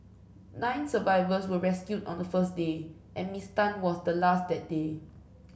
nine survivors were rescued on the first day and Miss Tan was the last that day